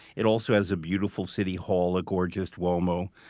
it also has a beautiful city hall, a gorgeous duomo,